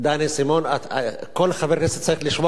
כל חבר כנסת צריך לשמור על הכיסא שלו.